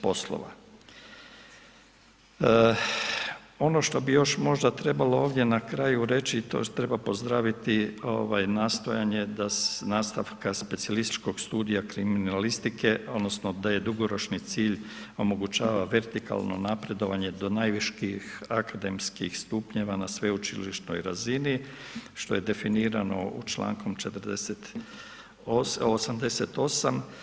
Ono što bi još možda trebalo ovdje na kraju reći i to što treba pozdraviti, nastojanje nastavka specijalističkog studija kriminalistike odnosno da je dugoročni cilj omogućava vertikalno napredovanje do najviškijih akademskih stupnjeva na sveučilišnoj razini, što je definirano čl. 88.